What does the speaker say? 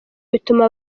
bituma